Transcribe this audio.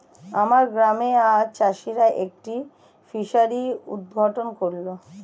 আমার গ্রামে আজ চাষিরা একটি ফিসারি উদ্ঘাটন করল